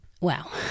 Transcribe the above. Wow